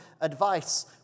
advice